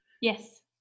Yes